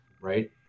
right